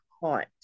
haunt